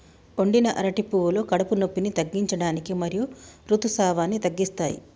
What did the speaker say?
వండిన అరటి పువ్వులు కడుపు నొప్పిని తగ్గించడానికి మరియు ఋతుసావాన్ని తగ్గిస్తాయి